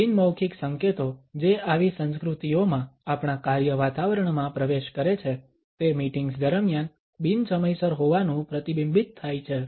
બિન મૌખિક સંકેતો જે આવી સંસ્કૃતિઓમાં આપણા કાર્ય વાતાવરણમાં પ્રવેશ કરે છે તે મીટિંગ્સ દરમિયાન બિન સમયસર હોવાનું પ્રતિબિંબિત થાય છે